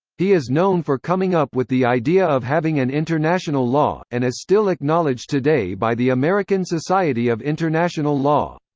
he is known for coming up with the idea of having an international law, and is still acknowledged today by the american society of international law.